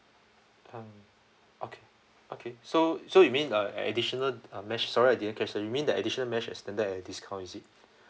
um okay okay so so you mean a additional uh mesh sorry I didn't catch the you mean the additional mesh extender has discount is it